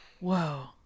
Whoa